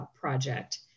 project